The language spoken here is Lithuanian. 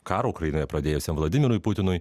karą ukrainoje pradėjusiam vladimirui putinui